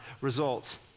results